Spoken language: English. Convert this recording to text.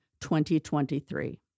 2023